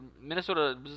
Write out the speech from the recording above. Minnesota